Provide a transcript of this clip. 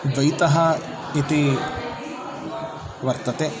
द्वैतः इति वर्तते